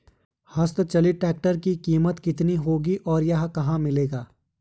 हस्त चलित ट्रैक्टर की कीमत कितनी होगी और यह कहाँ मिलेगा?